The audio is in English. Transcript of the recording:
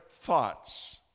thoughts